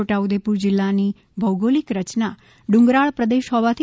છોટા ઉદેપુર જિલ્લાની ભૌગોલિક રચના ડુંગરાળ પ્રદેશ હોવાથી